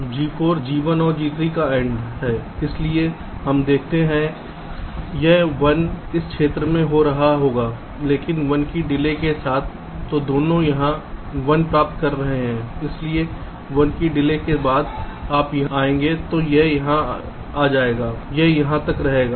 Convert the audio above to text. G4 G1 और G3 का AND है G1 और G3 का AND है इसलिए आप देखते हैं यह 1 इस क्षेत्र में हो रहा होगा लेकिन 1 की डिले के साथ तो दोनों यहाँ 1 प्राप्त कर रहे हैं इसलिए 1 की डिले के बाद यह यहाँ आएगा तो यह यहाँ आ जाएगा यह यहाँ तक रहेगा